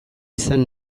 izan